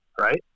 Right